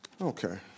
Okay